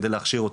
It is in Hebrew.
כדי להכשיר אותם.